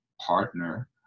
partner